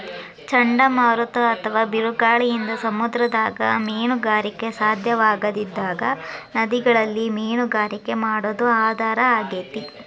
ಚಂಡಮಾರುತ ಅತ್ವಾ ಬಿರುಗಾಳಿಯಿಂದ ಸಮುದ್ರದಾಗ ಮೇನುಗಾರಿಕೆ ಸಾಧ್ಯವಾಗದಿದ್ದಾಗ ನದಿಗಳಲ್ಲಿ ಮೇನುಗಾರಿಕೆ ಮಾಡೋದು ಆಧಾರ ಆಗೇತಿ